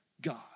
God